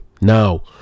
Now